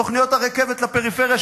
תוכניות הרכבת לפריפריה,